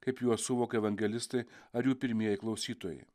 kaip juos suvokė evangelistai ar jų pirmieji klausytojai